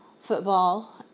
football